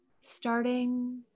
starting